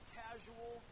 casual